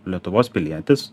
lietuvos pilietis